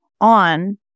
on